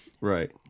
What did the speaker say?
right